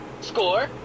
Score